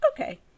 Okay